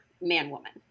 man-woman